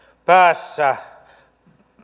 päässä